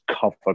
covered